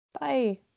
Bye